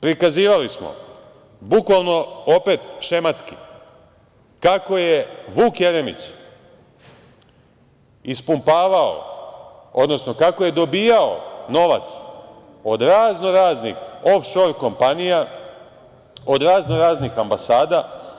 Prikazivali smo šematski kako je Vuk Jeremić ispumpavao, odnosno kako je dobijao novac od raznoraznih ofšor kompanija, od raznoraznih ambasada.